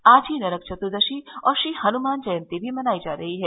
आज ही नरक चतुर्दशी और श्रीहनुमान जयन्ती भी मनाई जा रही है